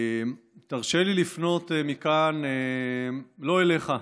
תרשה לי לפנות מכאן לא אליך,